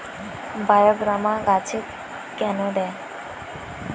বায়োগ্রামা গাছে কেন দেয়?